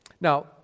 Now